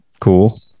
cool